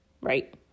right